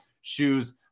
shoes